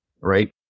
right